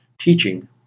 teaching